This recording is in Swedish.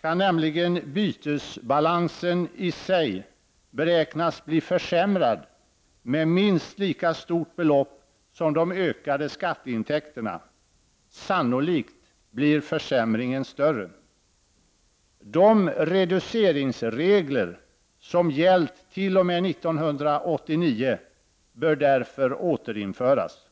kan nämligen bytesbalansen i sig beräknas bli försämrad med minst lika stort belopp som de ökade skatteintäkterna. Sannolikt blir försämringen större. De reduceringsregler som gällt t.o.m. 1989 bör därför återinföras.